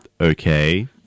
Okay